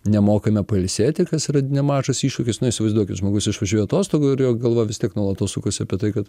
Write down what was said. nemokame pailsėti kas yra nemažas iššūkis nu įsivaizduokit žmogus išvažiuoja atostogų ir jo galva vis tiek nuolatos sukasi apie tai kad